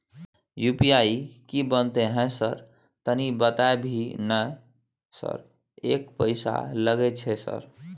UPI की बनते है सर तनी बता भी ना सर एक पैसा लागे छै सर?